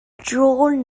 drawn